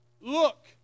Look